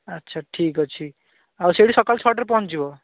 ଆଚ୍ଛା ଠିକ୍ ଅଛି ଆଉ ସେଇଠି ସକାଳ ଛଅଟାରେ ପହଞ୍ଚିଯିବ